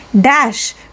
dash